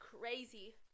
crazy